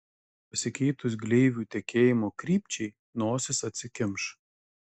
pasikeitus gleivių tekėjimo krypčiai nosis atsikimš